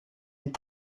est